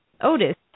Otis